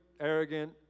arrogant